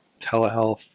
telehealth